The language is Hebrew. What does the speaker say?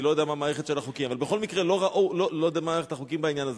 לא יודע מה מערכת החוקים בעניין הזה.